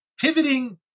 pivoting